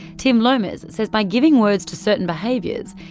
tim lomas says by giving words to certain behaviours,